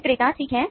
विक्रेता ठीक है